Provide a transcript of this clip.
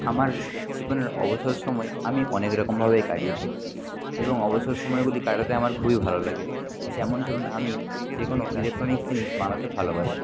আমার জীবনের অবসর সময় আমি অনেক রকমভাবেই কাটিয়ে থাকি এবং অবসর সময়গুলি কাটাতে আমার খুবই ভালো লাগে যেমন ধরুন আমি যে কোনও ইলেক্ট্রনিক্স জিনিস বানাতে ভালোবাসি